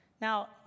Now